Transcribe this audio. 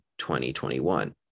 2021